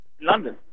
London